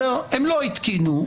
הם לא התקינו.